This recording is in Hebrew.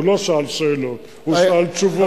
הוא לא שאל שאלות, הוא שאל תשובות.